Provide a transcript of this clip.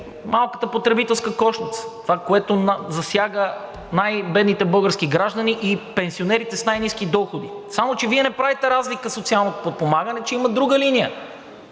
малката потребителска кошница – това, което засяга най-бедните български граждани и пенсионерите с най-ниски доходи? Само че Вие не правите разлика в социалното подпомагане, че има друга линия,